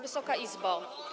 Wysoka Izbo!